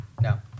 No